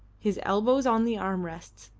his elbows on the arm-rests,